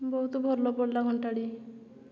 ବହୁତ ଭଲ ପଡ଼ିଲା ଘଣ୍ଟାଟି